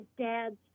dads